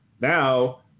Now